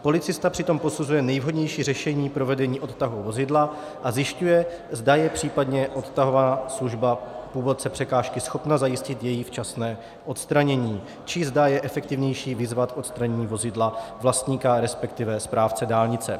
Policista při tom posuzuje nejvhodnější řešení provedení odtahu vozidla a zjišťuje, zda je případně odtahová služba původce překážky schopná zajistit její včasné odstranění, či zda je efektivnější vyzvat k odstranění vozidla vlastníka, resp. správce dálnice.